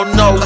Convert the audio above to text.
no